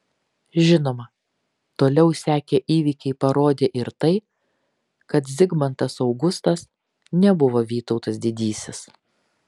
žinoma toliau sekę įvykiai parodė ir tai kad zigmantas augustas nebuvo vytautas didysis